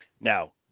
Now